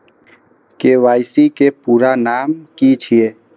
KYC के पूरा नाम की छिय?